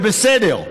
זה בסדר,